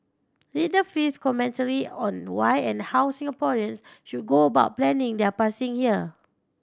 read the fifth commentary on why and how Singaporean should go about planning their passing here